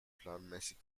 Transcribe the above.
planmäßig